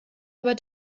aber